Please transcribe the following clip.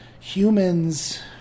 humans